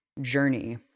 journey